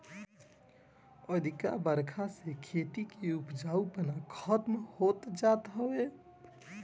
अधिका बरखा से खेती के उपजाऊपना खतम होत जात हवे